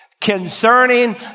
concerning